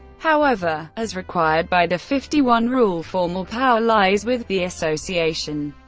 however, as required by the fifty one rule, formal power lies with the association,